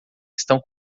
estão